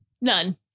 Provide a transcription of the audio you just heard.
None